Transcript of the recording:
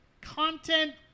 content